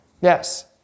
Yes